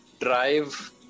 drive